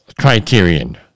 criterion